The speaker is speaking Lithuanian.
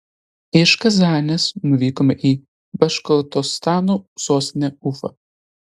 iš kazanės nuvykome į baškortostano sostinę ufą